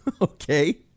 Okay